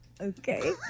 Okay